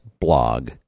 blog